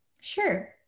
Sure